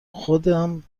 خودم